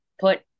put